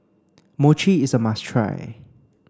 Mochi is a must try